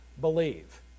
believe